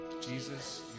Jesus